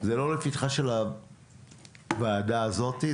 זה לא לפתחה של הוועדה הזאתי,